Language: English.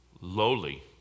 Lowly